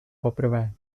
poprvé